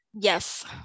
Yes